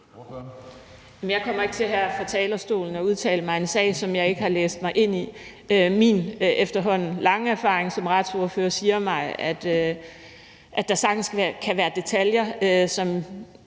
fra talerstolen at udtale mig om en sag, som jeg ikke har læst mig ind i. Min efterhånden lange erfaring som retsordfører siger mig, at der sagtens kan være detaljer på